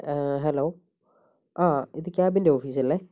hello ആ ഇത് ക്യാബിൻ്റെ ഓഫീസല്ലേ